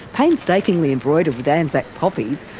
painstakingly embroidered with anzac poppies,